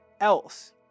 else